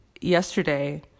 yesterday